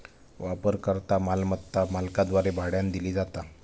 वापरकर्ता मालमत्ता मालकाद्वारे भाड्यानं दिली जाता